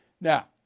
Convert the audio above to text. Now